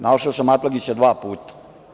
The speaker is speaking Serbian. Našao sam Atlagića dva puta.